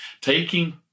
taking